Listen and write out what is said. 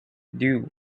dude